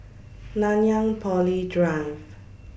Nanyang Poly Drive